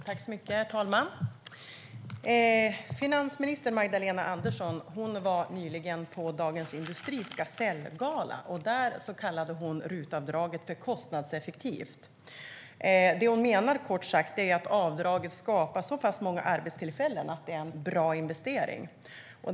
Herr talman! Finansminister Magdalena Andersson var nyligen på Dagens industris Gasellgala. Där kallade hon RUT-avdraget för kostnadseffektivt. Det hon menar, kort sagt, är att avdraget skapar så pass många arbetstillfällen att det är en bra investering.